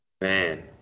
Man